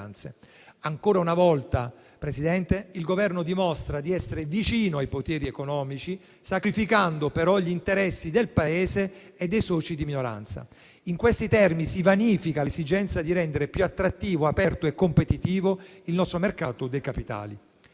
Ancora una volta, Presidente, il Governo dimostra di essere vicino ai poteri economici, sacrificando però gli interessi del Paese e dei soci di minoranza. In questi termini si vanifica l'esigenza di rendere più attrattivo, aperto e competitivo il nostro mercato dei capitali.